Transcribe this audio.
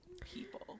people